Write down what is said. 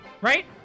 right